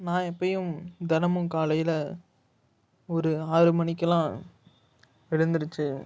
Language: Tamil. நான் இப்போயும் தினமும் காலையில் ஒரு ஆறு மணிக்கெலாம் எழுந்திரிச்சு